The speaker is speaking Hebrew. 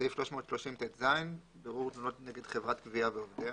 סעיף 330טז, בירור תלונות נגד חברת גבייה ועובדיה.